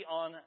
on